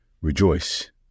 Rejoice